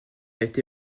été